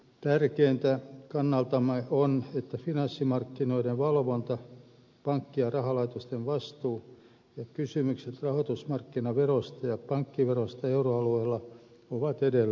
tärkeintä kannaltamme on että finanssimarkkinoiden valvonta pankkien ja rahalaitosten vastuu ja kysymykset rahoitusmarkkinaverosta ja pankkiverosta euroalueella ovat edelleen auki